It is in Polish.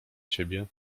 ciebie